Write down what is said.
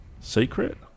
secret